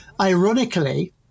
ironically